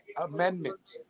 Amendment